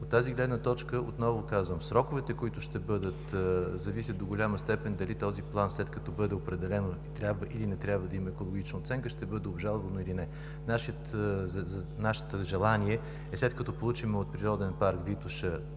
От тази гледна точка отново казвам: сроковете зависят до голяма степен дали този план, след като бъде определен, трябва или не трябва да има екологична оценка, ще бъде обжалвано или не. Нашето желание е, след като получим от Природен парк „Витоша“